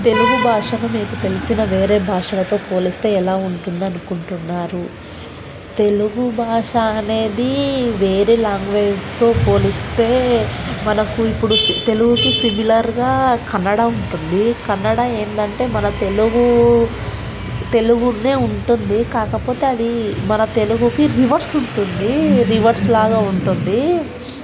తెలుగు భాషను మీకు తెలిసిన వేరే భాషలతో పోలిస్తే ఎలా ఉంటుందని అనుకుంటున్నారు తెలుగు భాష అనేది వేరే లాంగ్వేజ్తో పోలిస్తే మనకు ఇప్పుడు తెలుగుకి సిమిలర్గా కన్నడ ఉంటుంది కన్నడ ఏంటంటే మన తెలుగు తెలుగునేే ఉంటుంది కాకపోతే అది మన తెలుగుకి రివర్స్ ఉంటుంది రివర్స్ లాగా ఉంటుంది